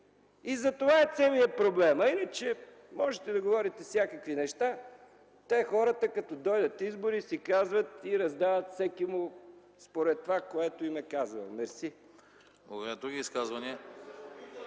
В това е целият проблем. А иначе, можете да говорите всякакви неща. Хората, като дойдат избори си казват и раздават всекиму според това, което им е казано. Мерси.